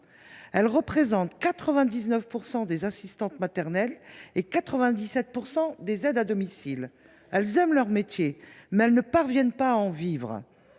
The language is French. Elles représentent 99 % des assistants maternels et 97 % des aides à domicile. Elles aiment leur métier, mais elles ne parviennent pas à en vivre.